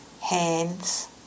Hands